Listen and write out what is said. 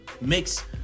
mix